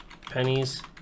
pennies